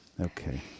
Okay